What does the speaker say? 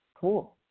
cool